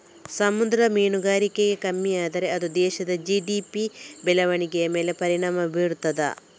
ಸಮುದ್ರ ಮೀನುಗಾರಿಕೆ ಕಮ್ಮಿ ಆದ್ರೆ ಅದು ದೇಶದ ಜಿ.ಡಿ.ಪಿ ಬೆಳವಣಿಗೆಯ ಮೇಲೆ ಪರಿಣಾಮ ಬೀರ್ತದೆ